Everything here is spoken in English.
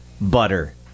butter